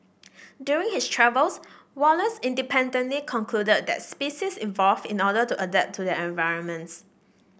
during his travels Wallace independently concluded that species evolve in order to adapt to their environments